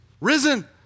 risen